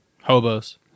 hobos